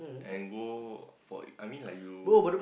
and go for it I mean like you